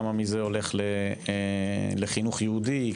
כמה מזה הולך לחינוך יהודי,